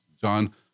John